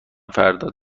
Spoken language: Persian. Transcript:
فردا